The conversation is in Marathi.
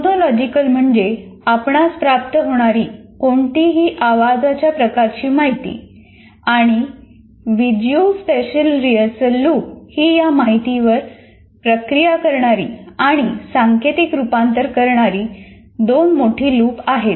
फोनोलॉजीकल म्हणजे आपणास प्राप्त होणारी कोणतीही आवाजाच्या प्रकारची माहिती आणि व्हिजुओस्पॅशल रीहर्सल लूप ही या माहितीवर प्रक्रिया करणारी आणि सांकेतिक रूपांतर करणारी दोन मोठी लूप आहेत